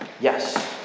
yes